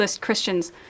Christians